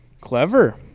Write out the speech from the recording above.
Clever